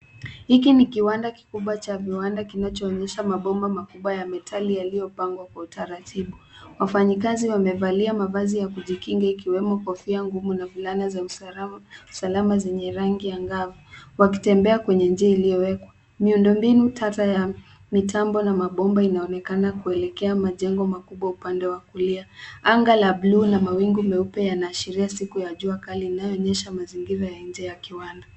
Hiki ni kiwanda kikubwa cha viwanda kinachoonyesha mabomba makubwa ya metali yaliyopangwa kwa utaratibu. Wafanyikazi wamevalia mavazi ya kujikinga ikiwemo kofia ngumu na fulana za usalama zenye rangi angavu, wakitembea kwenye njia iliyowekwa. Miundo mbinu tata ya mitambo na mabomba inaonekana kuelekea majengo makubwa upande wa kulia. Anga la bluu na mawingu meupe yanaashiria siku ya jua kali inayoonyesha mazingira ya nje ya kiwanda.